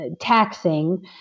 taxing